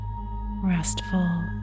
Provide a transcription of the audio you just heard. restful